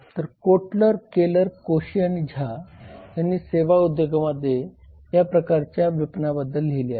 तर Kotler Keller Koshy आणि झा यांनी सेवा उद्योगांमध्ये या प्रकारच्या विपणनाबद्दल लिहिले आहे